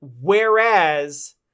Whereas